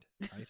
right